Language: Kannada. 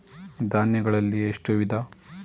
ಧಾನ್ಯಗಳಲ್ಲಿ ಎಷ್ಟು ವಿಧ?